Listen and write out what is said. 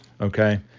okay